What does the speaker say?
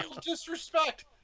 Disrespect